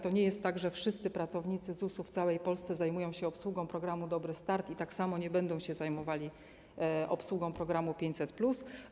To nie jest tak, że wszyscy pracownicy ZUS w całej Polsce zajmują się obsługą programu „Dobry start”, tak samo jak nie będą zajmowali się obsługą programu 500+.